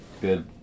good